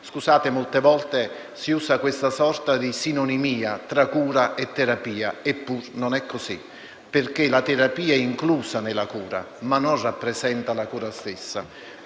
Scusate, molte volte si usa questa sorta di sinonimia tra cura e terapia; eppure non è così: la terapia è infatti inclusa nella cura, ma non rappresenta la cura stessa.